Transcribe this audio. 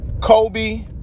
Kobe